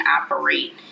operate